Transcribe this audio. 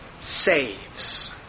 saves